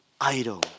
idol